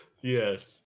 Yes